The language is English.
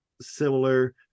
similar